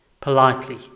politely